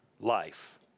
life